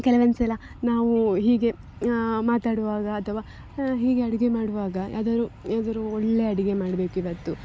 ಕೆಲವೊಂದುಸಲ ನಾವು ಹೀಗೆ ಮಾತಾಡುವಾಗ ಅಥವಾ ಹೀಗೆ ಅಡಿಗೆ ಮಾಡುವಾಗ ಯಾವ್ದಾದ್ರೂ ಯಾವ್ದಾದ್ರೂ ಒಳ್ಳೆಯ ಅಡಿಗೆ ಮಾಡಬೇಕಿವತ್ತು